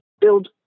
build